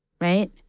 right